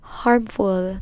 harmful